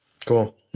Cool